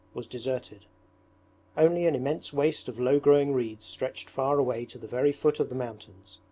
was deserted only an immense waste of low-growing reeds stretched far away to the very foot of the mountains.